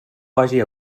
vagi